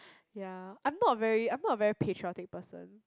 ya I'm not very I'm not a very patriotic person